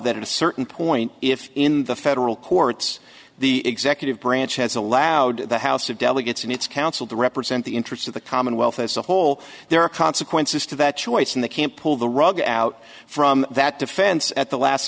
in a certain point if in the federal courts the executive branch has allowed the house of delegates and its counsel to represent the interests of the commonwealth as a whole there are consequences to that choice and they can't pull the rug out from that defense at the last